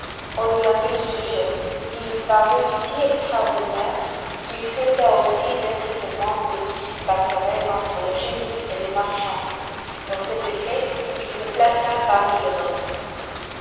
on lui en dit le sujet qui lui parut si extraordinaire qu'il souhaita aussi d'être témoin de ce qui se passerait entre le génie et le marchand pour cet effet il se plaça parmi les autres